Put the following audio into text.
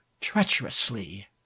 treacherously